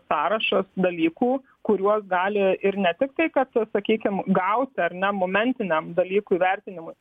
sąrašas dalykų kuriuos gali ir ne tiktai kad sakykim gauti ar ne momentiniam dalykų įvertinimui